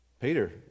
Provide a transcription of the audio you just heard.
Peter